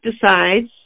decides